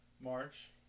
March